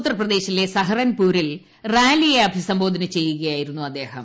ഉത്തർപ്രദേശിലെ സഹാറൻപൂരിൽ റാലിയെ അഭിസംബോധന ചെയ്യുകയായിരുന്നു അദ്ദേഹം